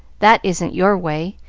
that isn't your way,